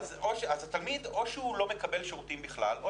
אז או שהתלמיד לא מקבל שירותים בכלל או